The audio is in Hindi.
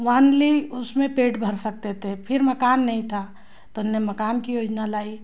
वनली उसमें पेट भर सकते थे फिर मकान नहीं था तो उन्होंने मकान की योजना लाई